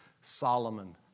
Solomon